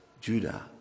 Judah